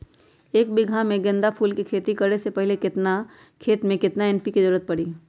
एक बीघा में गेंदा फूल के खेती करे से पहले केतना खेत में केतना एन.पी.के के जरूरत परी?